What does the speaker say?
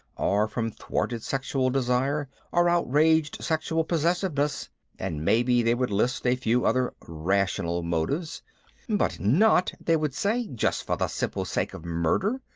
or from thwarted sexual desire or outraged sexual possessiveness and maybe they would list a few other rational motives but not, they would say, just for the simple sake of murder,